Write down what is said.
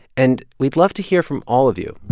and we'd love to hear from all of you.